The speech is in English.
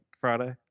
Friday